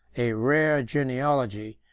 a rare genealogy,